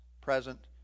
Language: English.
present